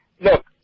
Look